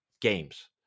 games